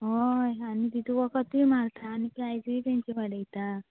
हय आनी तेतूंत वखदय मारतात आनी प्रायजय तेंचे वाडयतात